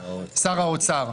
שר האוצר.